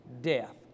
Death